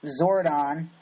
Zordon